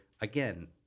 again